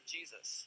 Jesus